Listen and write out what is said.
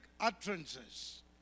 utterances